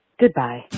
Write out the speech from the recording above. Goodbye